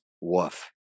Woof